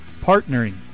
Partnering